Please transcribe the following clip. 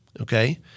okay